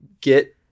get